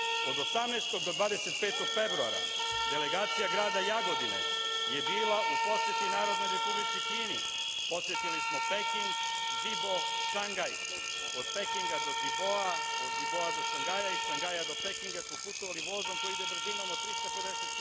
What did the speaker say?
od 18. do 25. februara delegacija grada Jagodine je bila u poseti Narodnoj republici Kini, posetili smo Peking, Zibo, Šangaj. Od Pekinga do Ziboa, od Ziboa do Šangaja i od Šangaja do Pekinga smo putovali vozom koji ide brzinom 350